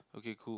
okay cool